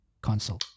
console